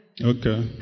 okay